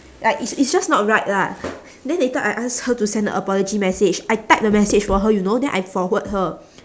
like it's it's just not right lah then later I ask her to send a apology message I type the message for her you know then I forward her